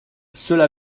cela